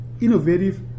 innovative